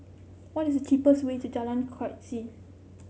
what is the cheapest way to Jalan Keris